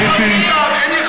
לא נשאר הרבה.